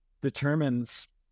determines